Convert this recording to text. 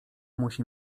musi